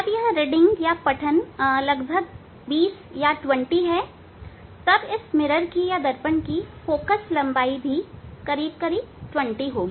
जब रीडिंग लगभग 20 है तब इस दर्पण की फोकस लंबाई करीब 20 होगी